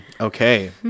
Okay